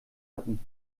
hatten